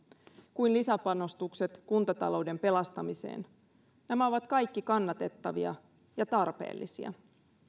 kuin lisäpanostukset kuntatalouden pelastamiseen nämä ovat kaikki kannatettavia ja tarpeellisia